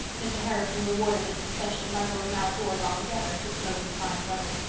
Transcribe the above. mr. harrison rewarded this concession by going outdoors altogether to smoke in fine weather,